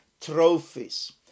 Trophies